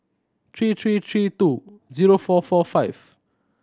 three three three two zero four four five